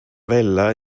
vella